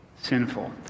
sinful